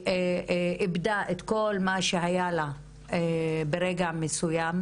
שאיבדה את כל מה שהיה לה ברגע מסוים.